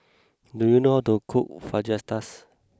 do you know how to cook Fajitas